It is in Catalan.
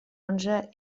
onze